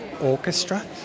Orchestra